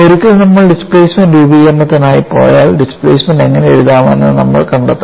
ഒരിക്കൽ നമ്മൾ ഡിസ്പ്ലേസ്മെൻറ് രൂപീകരണത്തിനായി പോയാൽ ഡിസ്പ്ലേസ്മെൻറ് എങ്ങനെ എഴുതാമെന്ന് നമ്മൾ കണ്ടെത്തണം